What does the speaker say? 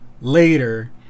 later